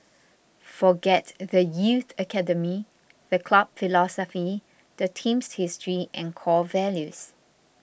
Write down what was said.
forget the youth academy the club philosophy the team's history and core values